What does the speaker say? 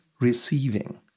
receiving